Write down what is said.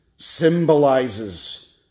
symbolizes